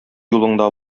юлыңда